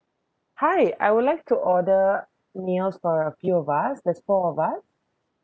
hi I would like to order meals for a few of us there's four of us